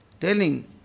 Telling